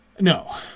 No